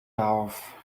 auf